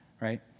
right